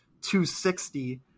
260